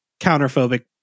counterphobic